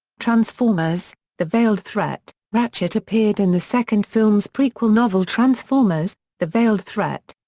transformers the veiled threat ratchet appeared in the second film's prequel novel transformers the veiled threat.